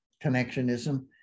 connectionism